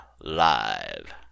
live